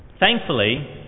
Thankfully